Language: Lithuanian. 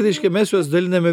reiškia mes juos daliname